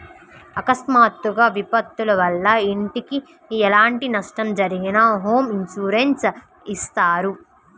అకస్మాత్తుగా విపత్తుల వల్ల ఇంటికి ఎలాంటి నష్టం జరిగినా హోమ్ ఇన్సూరెన్స్ ఇత్తారు